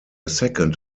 second